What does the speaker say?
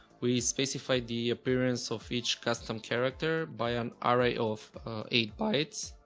we specified the appearance of each custom character by an array of eight bytes.